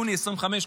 יוני 2025,